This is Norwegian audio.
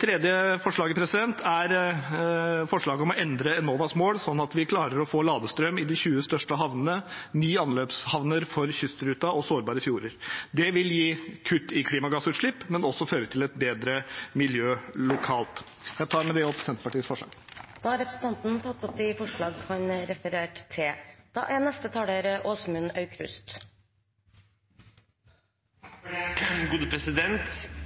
tredje forslaget er forslaget om å endre Enovas mål, sånn at vi klarer å få ladestrøm i de 20 største havnene, i ni anløpshavner for kystruten og i sårbare fjorder. Det vil gi kutt i klimagassutslipp og også føre til et bedre miljø lokalt. Jeg tar med det opp de forslagene Senterpartiet er med på. Representanten Ole André Myhrvold har tatt opp de forslagene han refererte til.